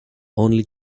only